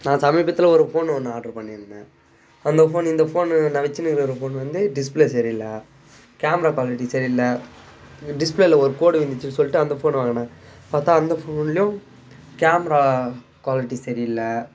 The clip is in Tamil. நான் சமீபத்தில் ஒரு ஃபோன்னு ஒன்று ஆர்ட்ரு பண்ணி இருந்தேன் அந்த ஃபோன்னு இந்த ஃபோன்னு நான் வச்சின்னுருக்கிற ஃபோன் வந்து டிஸ்பிளே சரி இல்லை கேமரா குவாலிட்டி சரி இல்லை டிஸ்பிளேயில் ஒரு கோடு விழுந்துருச்சின்னு சொல்லிட்டு அந்த ஃபோன் வாங்குனே பார்த்தா அந்த ஃபோன்லேயும் கேமரா குவாலிட்டி சரி இல்லை